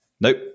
Nope